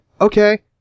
okay